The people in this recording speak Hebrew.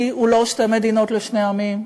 החזון שלי הוא לא שתי מדינות לשני עמים.